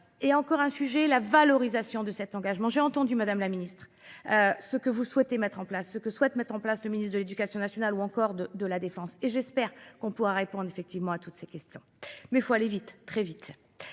et encore un sujet, la valorisation de cet engagement. J'ai entendu, Madame la Ministre, ce que vous souhaitez mettre en place, ce que souhaite mettre en place le ministre de l'Education nationale ou encore de la Défense. Et j'espère qu'on pourra répondre effectivement à toutes ces questions. Mais il faut aller vite, très vite.